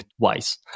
twice